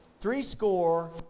threescore